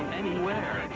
anywhere.